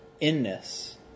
inness